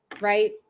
right